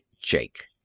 Jake